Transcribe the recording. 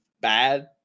bad